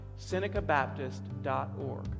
SenecaBaptist.org